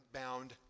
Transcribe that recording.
bound